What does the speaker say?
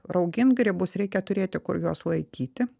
raugint grybus reikia turėti kur juos laikyti